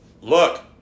Look